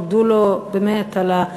הודו לו על המקצועיות,